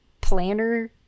planner